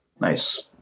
Nice